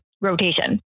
rotation